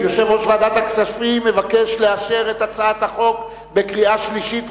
יושב-ראש ועדת הכספים מבקש לאשר את הצעת החוק בקריאה שלישית,